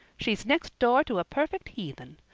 she's next door to a perfect heathen.